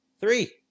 Three